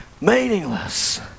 meaningless